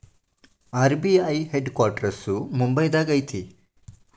RBI headquarters ಮುಂಬೈದಾಗ ಐತಿ